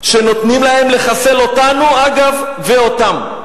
שנותנים להם לחסל אותנו, אגב, ואותם.